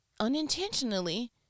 unintentionally